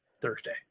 Thursday